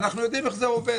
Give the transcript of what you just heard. אנו יודעים איך זה עובד.